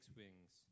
wings